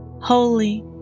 holy